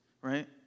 right